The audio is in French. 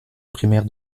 primaire